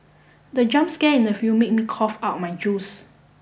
the jump scare in the film made me cough out my juice